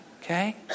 Okay